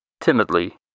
Timidly